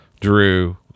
Drew